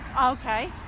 Okay